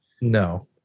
No